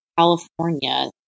California